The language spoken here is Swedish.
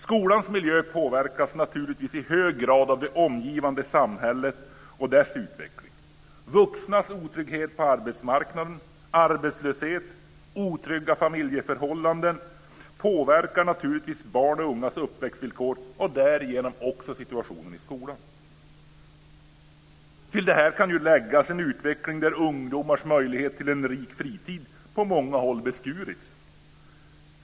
Skolans miljö påverkas naturligtvis i hög grad av det omgivande samhället och dess utveckling. Vuxnas otrygghet på arbetsmarknaden, arbetslöshet och otrygga familjeförhållanden påverkar naturligtvis barns och ungas uppväxtvillkor och därigenom också situationen i skolan. Till detta kan läggas en utveckling där ungdomars möjlighet till en rik fritid på många håll beskurits.